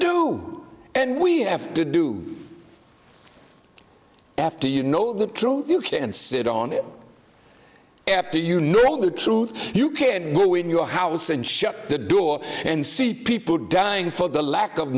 do and we have to do after you know the truth you can sit on it after you know the truth you can go in your house and shut the door and see people dying for the lack of